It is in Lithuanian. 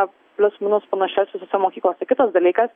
na plius minus panašias visose mokyklose kitas dalykas